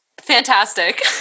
fantastic